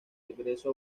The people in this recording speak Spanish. regreso